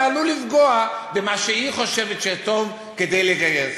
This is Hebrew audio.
עלול לפגוע במה שהיא חושבת שטוב כדי לגייס.